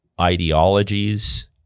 ideologies